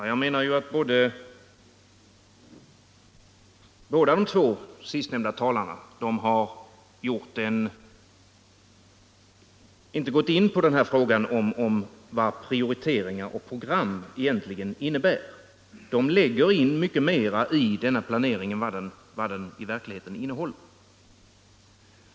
Herr talman! Jag menar att båda de två senaste talarna har underlåtit att gå in på frågan om den egentliga innebörden av prioriteringar och program på detta område. De lägger in mycket mera i denna planering än vad den i verkligheten innehåller.